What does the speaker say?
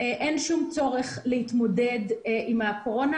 ואין שום צורך להתמודד עם הקורונה